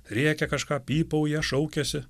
rėkia kažką pypauja šaukiasi